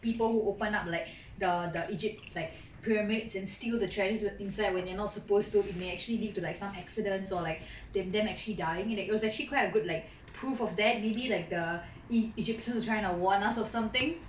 people who open up like the the egypt like pyramids and steal the treasure that were inside when you're not supposed to it may actually lead to like some accidents or like to them actually dying and it was actually quite a good like proof of that maybe like the egyptians were trying to warn us or something